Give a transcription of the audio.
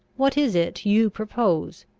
what is it you propose?